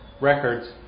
records